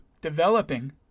developing